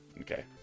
Okay